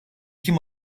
kim